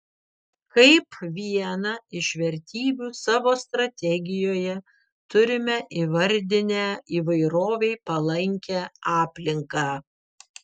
kaip vieną iš vertybių savo strategijoje turime įvardinę įvairovei palankią aplinką